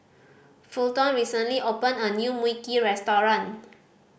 Fulton recently opened a new Mui Kee restaurant